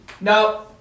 No